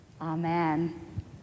Amen